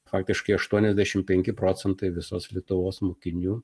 faktiškai aštuoniasdešimt penki procentai visos lietuvos mokinių